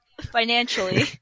financially